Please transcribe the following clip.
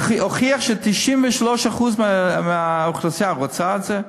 הוכיח ש-93% מהאוכלוסייה רוצים את זה?